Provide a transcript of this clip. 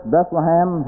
Bethlehem